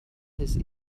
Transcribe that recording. his